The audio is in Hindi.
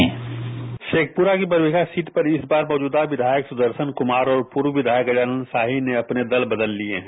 बाईट शेखपुरा की बरबीघा सीट पर इस बार मौजूदा विधायक सुदर्शन कुमार और पूर्व विधायक गजानंद शाही ने अपने दल बदल लिये हैं